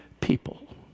people